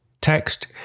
text